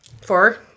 four